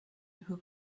who